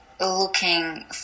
looking